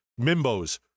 Mimbos